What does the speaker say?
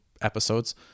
episodes